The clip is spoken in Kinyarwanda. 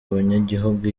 abanyagihugu